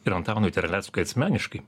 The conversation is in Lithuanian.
ir antanui terleckui asmeniškai